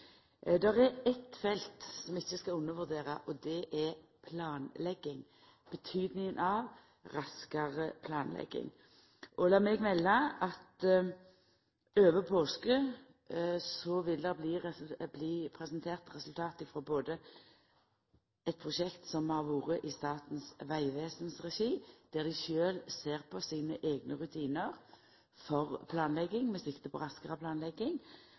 er eit felt vi ikkje skal undervurdera, og det er planlegging, betydninga av raskare planlegging. Lat meg melda at over påske vil det bli presentert resultat frå eit prosjekt som har vore i Statens vegvesen sin regi, der dei sjølve ser på sine eigne rutinar for planlegging, med sikte på raskare planlegging,